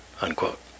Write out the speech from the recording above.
unquote